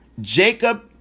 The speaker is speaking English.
Jacob